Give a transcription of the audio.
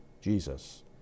Jesus